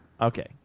Okay